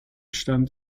stand